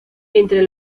entre